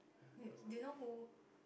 do you know who